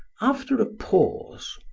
after a pause,